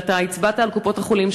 והצבעת על קופות-החולים,